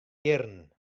jierren